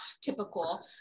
typical